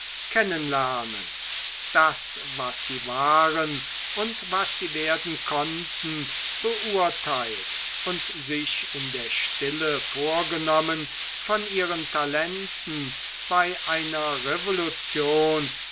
kennen lernen das was sie waren und was sie werden konnten beurteilt und sich in der stille vorgenommen von ihren talenten bei einer revolution